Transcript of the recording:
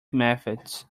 methods